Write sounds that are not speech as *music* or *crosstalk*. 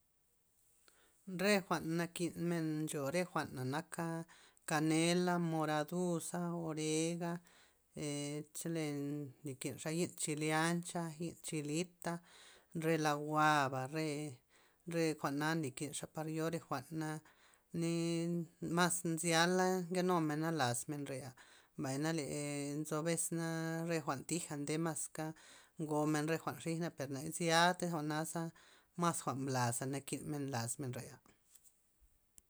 Re jwa'n nakin men ncho re jwa'na naka, kanela' moraduza' orega' *hesitation* chole nakinxa yi'n chileancha, yi'n chilita' re la' jwa'ba re- re jwa'na nlikinxa par yo re jwa'na ni mas nzyala nke numena las menrea, mbay na nzo besna re jwa'n thija' nde maska ngomen re jwa'n xijaj ney per na ziatey jwa'naza mas jwa'n blaza nakin men lazmen re'a.